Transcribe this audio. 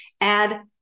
add